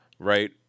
Right